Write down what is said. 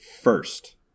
first